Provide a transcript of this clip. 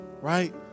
right